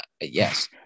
Yes